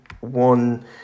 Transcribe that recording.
one